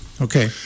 okay